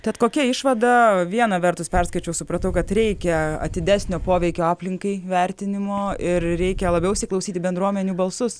tad kokia išvada viena vertus perskaičiau supratau kad reikia atidesnio poveikio aplinkai vertinimo ir reikia labiau įsiklausyti į bendruomenių balsus